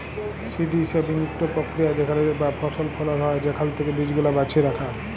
seed saving ইকট পক্রিয়া যেখালে যা ফসল ফলল হ্যয় সেখাল থ্যাকে বীজগুলা বাছে রাখা